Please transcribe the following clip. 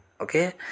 Okay